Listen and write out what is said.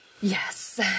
Yes